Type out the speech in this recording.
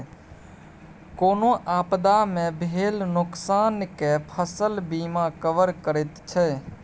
कोनो आपदा मे भेल नोकसान केँ फसल बीमा कवर करैत छै